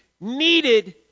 needed